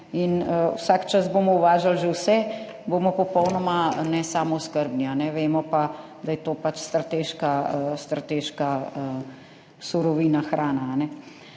vsak čas bomo uvažali že vse, bomo popolnoma nesamooskrbni. Vemo pa, da je hrana pač strateška surovina.